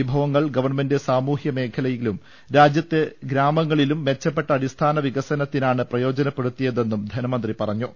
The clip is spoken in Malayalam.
വിഭ വങ്ങൾ ഗവൺമെന്റ് സാമൂഹ്യമേഖലയിലും രാജ്യത്തെ ഗ്രാമങ്ങ ളിലും മെച്ചപ്പെട്ട അടിസ്ഥാന വികസനത്തിനാണ് പ്രയോജനപ്പെ ടുത്തിയതെന്നും ധനമന്ത്രി പറഞ്ഞു